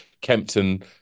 Kempton